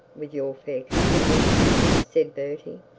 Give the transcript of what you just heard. with your fair companion said bertie.